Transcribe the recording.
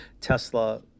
Tesla